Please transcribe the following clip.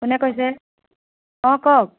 কোনে কৈছে অ কওক